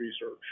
research